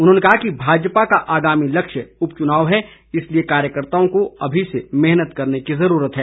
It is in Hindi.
उन्होंने कहा कि भाजपा का आगामी लक्ष्य उपचुनाव है इसलिए कार्यकर्ताओं को अमी से मेहनत करने की जरूरत है